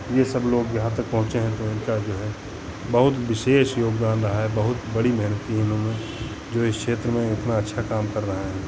ये सब लोग यहाँ तक पहुँचे हैं तो इनका जो है बहुत विशेष योगदान रहा है बहुत बड़ी मेहनत की है इन्होंने जो है इस क्षेत्र में इतना अच्छा काम कर रहे हैं